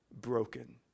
broken